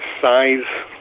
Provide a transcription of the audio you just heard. size